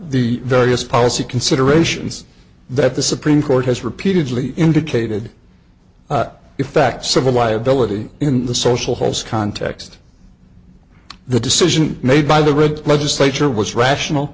the various policy considerations that the supreme court has repeatedly indicated effects civil liability in the social holds context the decision made by the red legislature was rational